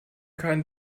kein